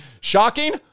Shocking